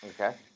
Okay